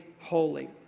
holy